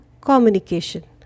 communication